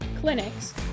clinics